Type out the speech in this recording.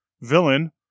villain